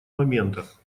моментах